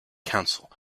council